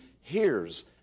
hears